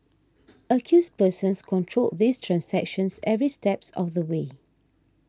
accused persons controlled these transactions every step of the way